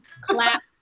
clap